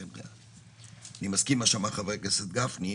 עסקים,